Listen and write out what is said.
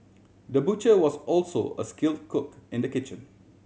the butcher was also a skill cook in the kitchen